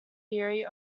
theory